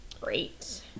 Great